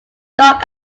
dark